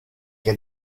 che